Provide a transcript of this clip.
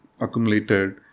accumulated